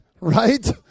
Right